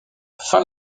fin